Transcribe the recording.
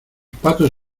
patos